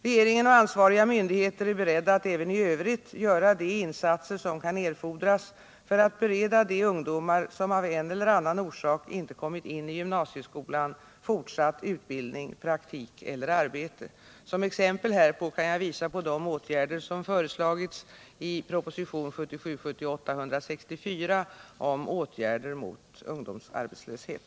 Regeringen och ansvariga myndigheter är beredda att även i övrigt göra de insatser som kan erfordras för att bereda de ungdomar som av en eller annan orsak inte kommit in i gymnasieskolan fortsatt utbildning, praktik eller arbete. Som exempel härpå kan jag visa på de åtgärder som föreslagits i proposition 1977/78:164 om åtgärder mot ungdomsarbetslöshet.